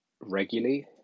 regularly